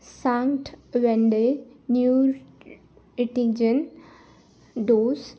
सांगवेंडे न्यूइटिजन डोस